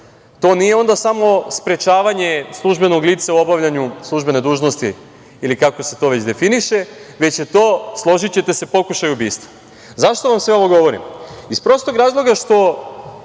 to nije onda samo sprečavanje službenog lica u obavljanju službene dužnosti ili kako se to već definiše, već je to, složićete se, pokušaj ubistva.Zašto vam sve ovo govorim? Iz prostog razloga što